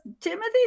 Timothy